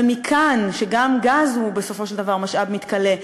ומכאן שגם גז הוא בסופו של דבר משאב מתכלה,